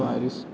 Paris